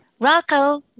Rocco